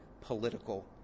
political